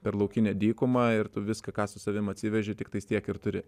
per laukinę dykumą ir tu viską ką su savim atsivežė tiktai tiek ir turi